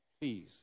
please